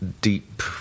deep